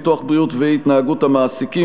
ביטוח בריאות והתנהגות המעסיקים,